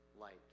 light